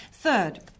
Third